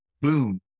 boom